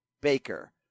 Baker